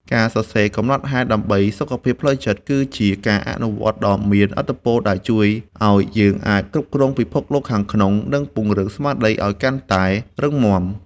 ការសរសេរកំណត់ហេតុដើម្បីសុខភាពផ្លូវចិត្ត គឺជាការអនុវត្តដ៏មានឥទ្ធិពលដែលជួយឱ្យយើងអាចគ្រប់គ្រងពិភពខាងក្នុង និងពង្រឹងស្មារតីឱ្យកាន់តែរឹងមាំ។